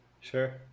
sure